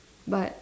but